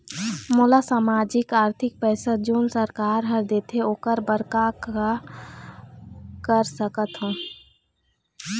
मोला सामाजिक आरथिक पैसा जोन सरकार हर देथे ओकर बर का कर सकत हो?